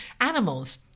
animals